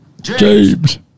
James